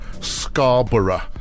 Scarborough